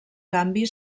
canvi